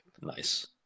nice